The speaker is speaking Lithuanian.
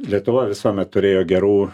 lietuva visuomet turėjo gerų